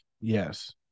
Yes